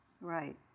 Right